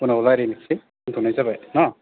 उनाव रायज्लायनोसै दोनथ'नाय जाबाय न